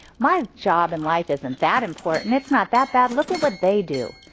my job in life isn't that important. it's not that bad, look at what they do.